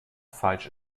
falsch